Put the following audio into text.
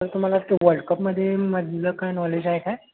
तर तुमाला ते वर्ल्ड कपमध्ये मधलं काय नॉलेज आहे काय